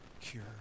cure